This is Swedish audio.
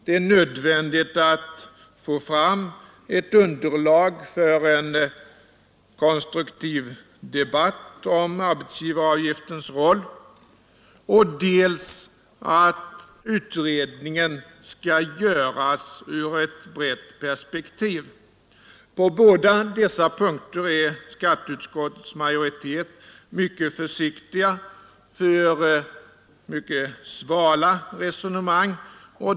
Det är nödvändigt att få fram ett underlag för en konstruktiv debatt om arbetsgivaravgiftens roll. Den andra är att utredningen skall göras ur ett brett perspektiv. På båda dessa punkter är skatteutskottets majoritet mycket försiktig och anför mycket svala resonemang.